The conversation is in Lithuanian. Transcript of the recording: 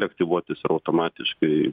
aktyvuotis ar automatiškai